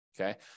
okay